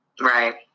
Right